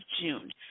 June